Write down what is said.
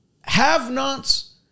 have-nots